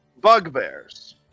bugbears